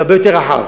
והרבה יותר רחב,